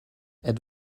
êtes